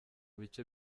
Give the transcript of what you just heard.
bice